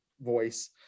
voice